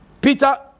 Peter